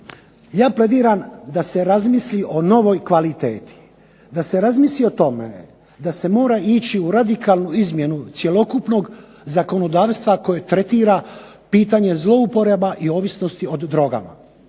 ja plediram da se razmisli o novoj kvaliteti. Da se razmisli o tome da se mora ići u radikalnu izmjenu cjelokupnog zakonodavstva koje tretira pitanje zlouporaba i ovisnosti o drogama.